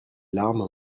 larmes